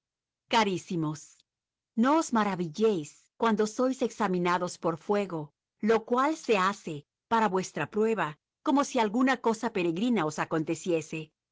carísimos no os maravilléis cuando sois examinados por fuego lo cual se hace para vuestra prueba como si alguna cosa peregrina os